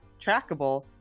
trackable